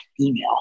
email